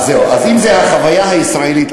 אז אם זו החוויה הישראלית,